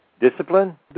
Discipline